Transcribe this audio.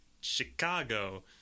Chicago